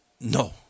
No